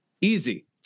Easy